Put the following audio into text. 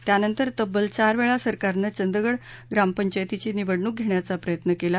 त्यानंतर तब्बल चारवेळा सराकारनं चंदगड ग्रामपंचायतीची निवडणूक घेण्याचा प्रयत्न केला